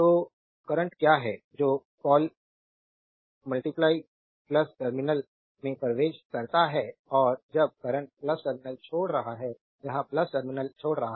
तो करंट क्या है जो कॉल टर्मिनल में प्रवेश करता है और जब करंट टर्मिनल छोड़ रहा है यह टर्मिनल छोड़ रहा है